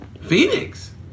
Phoenix